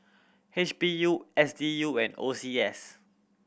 H P U S D U and O C S